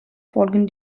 folgen